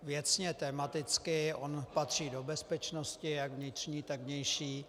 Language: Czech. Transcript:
Věcně, tematicky on patří do bezpečnosti jak vnitřní, tak vnější.